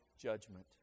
judgment